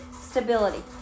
stability